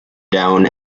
down